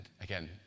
again